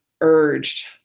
urged